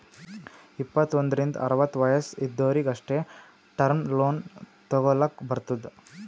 ಇಪ್ಪತ್ತು ಒಂದ್ರಿಂದ್ ಅರವತ್ತ ವಯಸ್ಸ್ ಇದ್ದೊರಿಗ್ ಅಷ್ಟೇ ಟರ್ಮ್ ಲೋನ್ ತಗೊಲ್ಲಕ್ ಬರ್ತುದ್